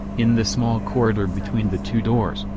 in the small corridor between the two doors,